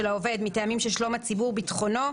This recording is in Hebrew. העובד מטעמים של שלום הציבור וביטחונו,